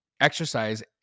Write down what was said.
exercise